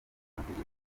amategeko